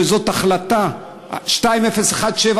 שזו החלטה 2017,